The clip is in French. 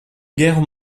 guerre